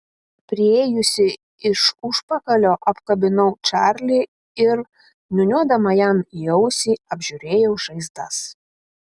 priėjusi iš užpakalio apkabinau čarlį ir niūniuodama jam į ausį apžiūrėjau žaizdas